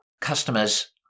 customers